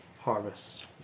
harvest